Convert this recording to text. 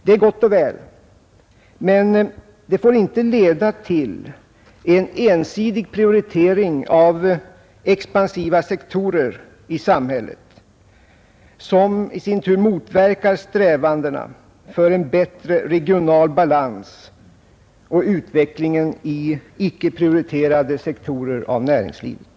Det är gott och väl, men det får inte leda till en ensidig prioritering av expansiva sektorer i samhället, vilken i sin tur motverkar strävandena för en bättre regional balans och utvecklingen inom icke prioriterade sektorer av näringslivet.